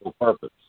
purpose